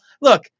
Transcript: look